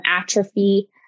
atrophy